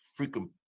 freaking